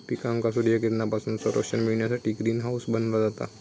पिकांका सूर्यकिरणांपासून संरक्षण मिळण्यासाठी ग्रीन हाऊस बनवला जाता